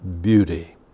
beauty